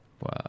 wow